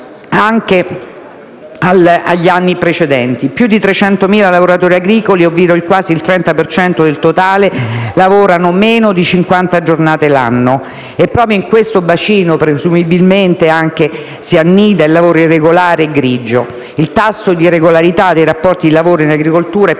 degli anni precedenti: più di 300.000 lavoratori agricoli, ovvero quasi il 30 per cento del totale, lavorano meno di cinquanta giornate l'anno. È proprio in questo bacino in cui, presumibilmente, si annida il lavoro irregolare e grigio. Il tasso di irregolarità dei rapporti di lavoro in agricoltura è